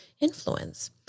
influence